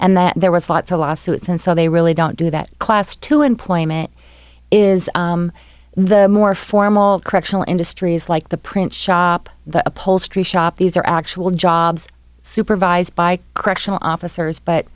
and that there was lots of lawsuits and so they really don't do that class to employment is the more formal correctional industries like the print shop the upholstery shop these are actual jobs supervised by correctional officers but